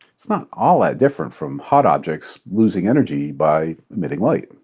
it's not all that different from hot objects losing energy by emitting light.